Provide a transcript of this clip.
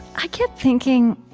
i kept thinking,